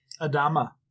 Adama